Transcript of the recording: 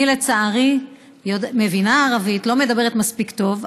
אני, לצערי, מבינה ערבית, לא מדברת מספיק טוב.